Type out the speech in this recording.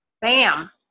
BAM